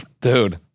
Dude